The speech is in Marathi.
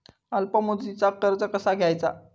अल्प मुदतीचा कर्ज कसा घ्यायचा?